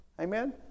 amen